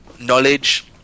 knowledge